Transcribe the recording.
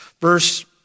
Verse